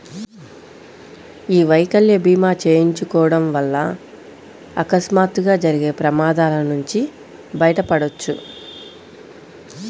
యీ వైకల్య భీమా చేయించుకోడం వల్ల అకస్మాత్తుగా జరిగే ప్రమాదాల నుంచి బయటపడొచ్చు